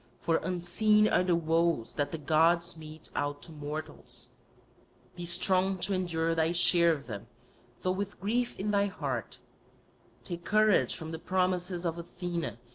for unseen are the woes that the gods mete out to mortals be strong to endure thy share of them though with grief in thy heart take courage from the promises of athena,